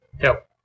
help